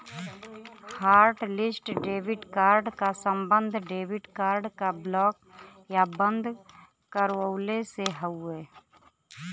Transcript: hotlist debit card क सम्बन्ध debit card क ब्लॉक या बंद करवइले से हउवे